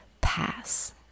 pass